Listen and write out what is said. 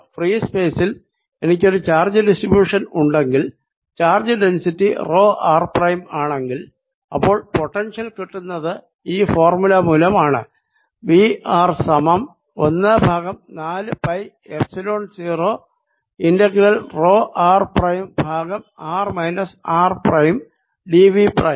free സ്പേസിൽ എനിക്കൊരു charge distribution ഉണ്ടെങ്കിൽ charge density rho r prime ആണെങ്കിൽ അപ്പോൾ പൊട്ടൻഷ്യൽ കിട്ടുന്നത് ഈ ഫോർമുല മൂലമാണ് V r സമം ഒന്ന് ബൈ നാല് pi epsilon 0 integral rho r prime by r minus r prime d V prime